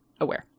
aware